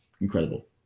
incredible